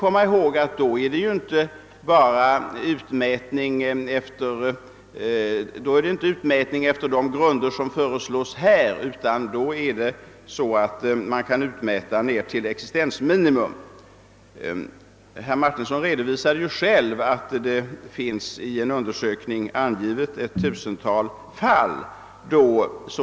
Och då är det inte fråga om utmätning efter de grunder som nu föreslås; i dag kan man utmäta ned till existensminimum. Herr Martinsson refererade ju en undersökning, enligt vilken så har skett i ett tusental fall.